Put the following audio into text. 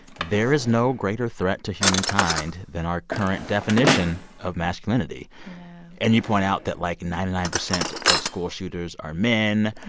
there is no greater threat to humankind than our current definition of masculinity. yeah and you point out that, like, ninety nine percent of school shooters are men.